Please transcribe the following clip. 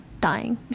dying